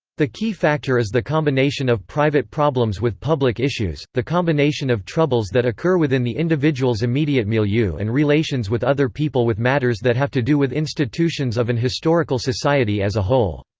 the key factor is the combination of private problems with public issues the combination of troubles that occur within the individual's immediate milieu and relations with other people with matters that have to do with institutions of an historical society as a whole.